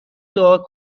دعا